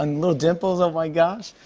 and little dimples, oh, my gosh.